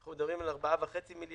אנחנו מדברים על 4.5 מיליארד.